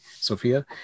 Sophia